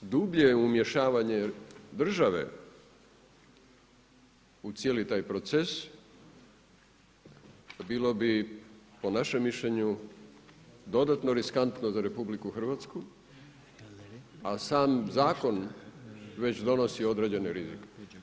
I dublje umješavanje države u cijeli taj proces bilo bi po našem mišljenju dodatno riskantno za RH, a sam Zakon već donosi određene rizike.